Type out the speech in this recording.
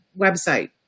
website